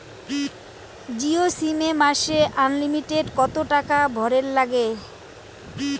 Jio SIM এ মাসে unlimited কত টাকা ভরের নাগে?